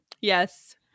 yes